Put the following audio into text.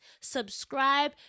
subscribe